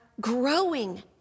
growing